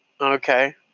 Okay